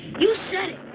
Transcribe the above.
you said it.